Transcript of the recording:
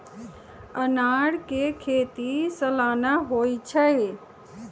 अनारकें खेति सलाना होइ छइ